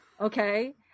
okay –